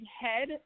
head